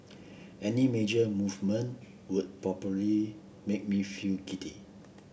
any major movement would probably make me feel giddy